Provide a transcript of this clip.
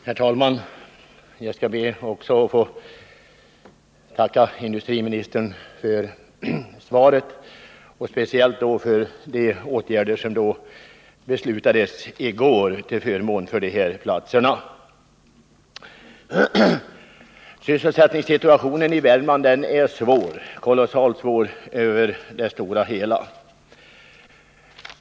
Herr talman! Jag skall också be att få tacka industriministern för svaret, speciellt för det som gäller de åtgärder som beslutades i går till förmån för Hagfors och Munkfors. Sysselsättningssituationen i Värmland är i det stora hela kolossalt svår.